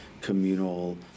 communal